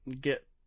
get